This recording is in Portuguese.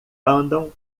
andam